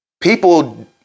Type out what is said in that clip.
People